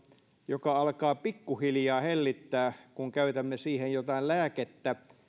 joka alkaa pikkuhiljaa hellittää kun käytämme siihen jotain lääkettä